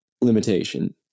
limitation